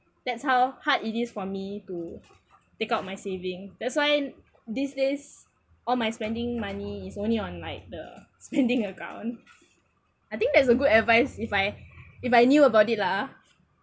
that's how hard it is for me to take out my saving that's why this this all my spending money is only on like the spending account I think that's a good advice if I if I knew about it lah